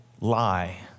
lie